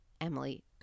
Emily